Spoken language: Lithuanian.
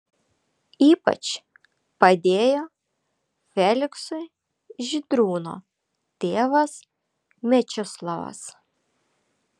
ypač padėjo feliksui žydrūno tėvas mečislovas